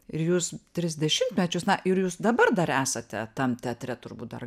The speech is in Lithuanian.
ir jūs tris dešimtmečius na ir jūs dabar dar esate tam teatre turbūt dar